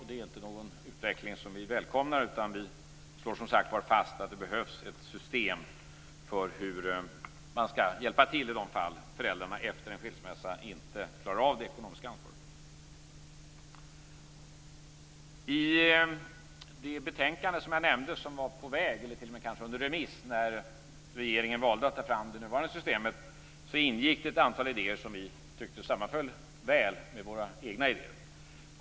Det är inte en utveckling som vi välkomnar. Vi slår fast att det behövs ett system för hur man skall hjälpa till i de fall föräldrarna inte klarar av det ekonomiska ansvaret efter en skilsmässa. I det betänkande som jag nämnde, som var på väg eller kanske t.o.m. under remiss när regeringen valde att ta fram det nuvarande systemet, ingick ett antal idéer som vi tyckte väl sammanföll med våra egna idéer.